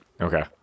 Okay